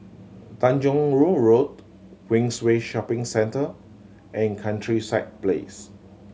Tanjong Rhu Road Queensway Shopping Centre and Countryside Place